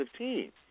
2015